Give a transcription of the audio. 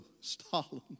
Stalin